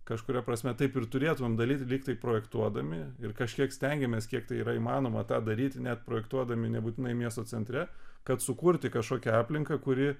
kažkuria prasme taip ir turėtum daryt lyg tai projektuodami ir kažkiek stengiamės kiek tai yra įmanoma tą daryti net projektuodami nebūtinai miesto centre kad sukurti kažkokią aplinką kuri